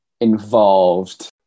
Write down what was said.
involved